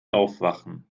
aufwachen